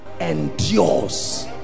endures